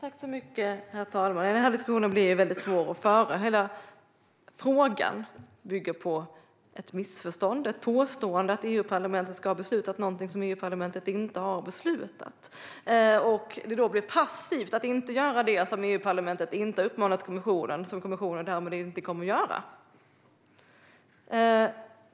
Herr talman! Denna diskussion blir väldigt svår att föra. Hela frågan bygger på ett missförstånd: ett påstående om att EU-parlamentet ska ha beslutat något som EU-parlamentet inte har beslutat och att det är passivt att göra det som EU-parlamentet inte har uppmanat kommissionen till och som kommissionen därmed inte kommer att göra.